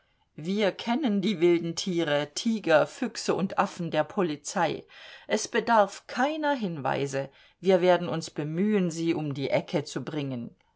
wir kennen die wilden tiere tiger füchse und affen der polizei es bedarf keiner hinweise wir werden uns bemühen sie um die ecke zu bringen